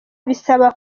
bisaba